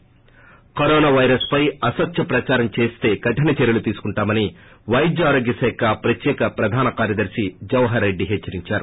శి కరోనా వైరస్పై అసత్య ప్రదారం చేస్తే కఠిన చర్యలు తీసుకుంటామని వైద్య ఆరోగ్య శాఖ ప్రత్యేక ప్రధాన కార్యదర్ని కేఎస్ జవహర్రెడ్లి హెచ్చరించారు